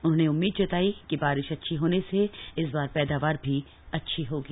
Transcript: उन्होंने उम्मीद जताई कि बारिश अच्छी होने से इस बार पैदावार भी अच्छी होगी